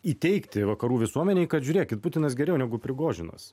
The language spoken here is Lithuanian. įteigti vakarų visuomenei kad žiūrėkit putinas geriau negu prigožinas